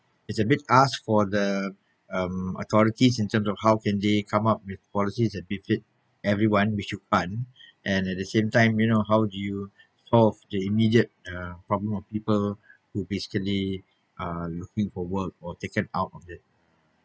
it's a big ask for the um authorities in terms of how can they come up with policies that be fit everyone which you can't and at the same time you know how do you solve the immediate uh problem of people who basically looking for work or taken out of it